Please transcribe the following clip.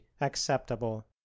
acceptable